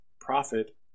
profit